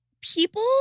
people